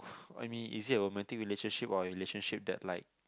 is it a romantic relationship or a relationship that like